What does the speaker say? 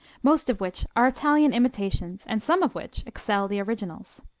most of which are italian imitations and some of which excel the originals.